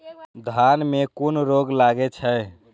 धान में कुन रोग लागे छै?